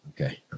Okay